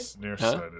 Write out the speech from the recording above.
Nearsighted